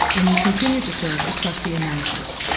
and you continue to serve as trustee emeritus.